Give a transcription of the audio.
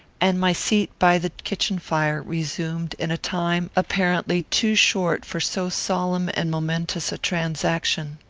and my seat by the kitchen-fire resumed in a time apparently too short for so solemn and momentous a transaction.